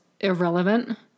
irrelevant